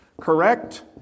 correct